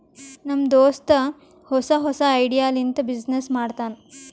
ನಮ್ ದೋಸ್ತ ಹೊಸಾ ಹೊಸಾ ಐಡಿಯಾ ಲಿಂತ ಬಿಸಿನ್ನೆಸ್ ಮಾಡ್ತಾನ್